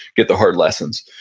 get the hard lessons.